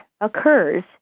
occurs